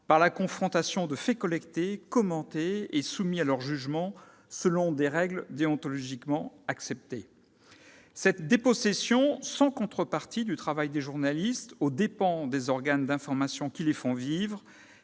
par la confrontation de faits collectés, commentés et soumis à leur jugement, selon des règles déontologiques acceptées collectivement. Cette dépossession sans contrepartie du travail des journalistes, aux dépens des organes d'information qui les font vivre,